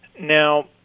Now